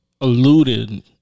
alluded